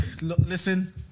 listen